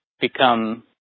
become